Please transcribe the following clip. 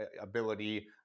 ability